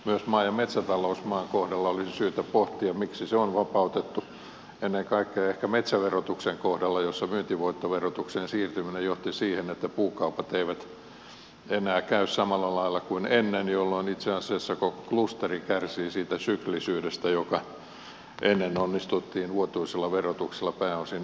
myös maa ja metsätalousmaan kohdalla olisi syytä pohtia miksi se on vapautettu ennen kaikkea ehkä metsäverotuksen kohdalla jossa myyntivoittoverotukseen siirtyminen johti siihen että puukaupat eivät enää käy samalla lailla kuin ennen jolloin itse asiassa koko klusteri kärsii siitä syklisyydestä joka ennen onnistuttiin vuotuisella verotuksella pääosin välttämään